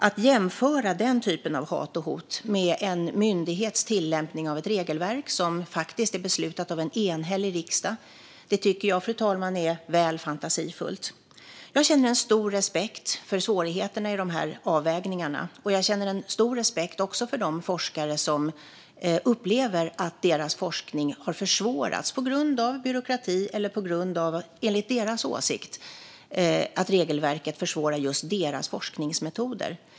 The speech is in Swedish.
Att jämföra sådant hat och hot med en myndighets tillämpning av ett regelverk, som är beslutat av en enhällig riksdag, är väl fantasifullt, fru talman. Jag känner en stor respekt för svårigheten i dessa avvägningar, och jag känner också en stor respekt för de forskare som upplever att deras forskning har försvårats på grund av byråkrati eller på grund av att, enligt deras åsikt, regelverket försvårar just deras forskningsmetoder.